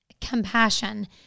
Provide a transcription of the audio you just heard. compassion